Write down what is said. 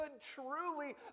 truly